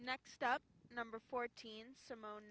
next stop number fourteen simone